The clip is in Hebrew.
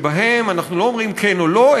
שבהם אנחנו לא אומרים כן או לא,